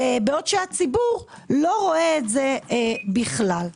בעוד שהציבור לא רואה זאת בכלל.